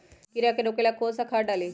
कीड़ा के रोक ला कौन सा खाद्य डाली?